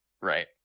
Right